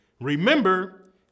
Remember